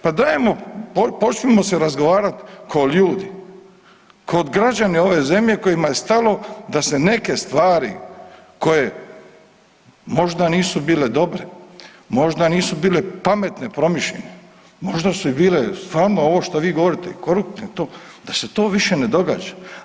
Pa dajmo počnimo se razgovarati ko ljudi, ko građani ove zemlje kojima je stalo da se neke stvari koje možda nisu bile dobre, možda nisu bile pametne, promišljene, možda su i bile stvarno ovo što vi govorite i koruptivne i to, da se to više ne događa.